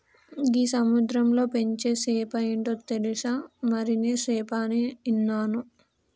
గీ సముద్రంలో పెంచే సేప ఏంటో తెలుసా, మరినే సేప అని ఇన్నాను